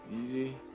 easy